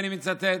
ואני מצטט: